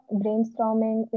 brainstorming